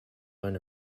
learn